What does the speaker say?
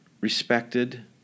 respected